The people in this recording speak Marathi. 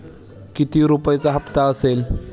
किती रुपयांचा हप्ता असेल?